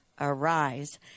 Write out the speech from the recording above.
arise